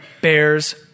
bears